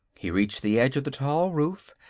he reached the edge of the tall roof,